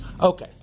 Okay